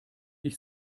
ich